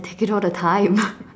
I take it all the time